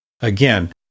Again